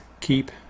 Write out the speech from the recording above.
keep